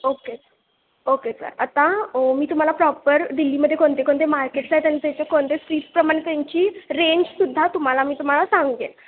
okay okay sir आता मी तुम्हाला प्रॉपर दिल्लीमध्ये कोणते कोणते मार्केट्स आहेत त्या त्याचे कोणते स्ट्रीट्सप्रमाणे त्यांची रेंजसुद्धा तुम्हाला मी तुम्हाला सांगेन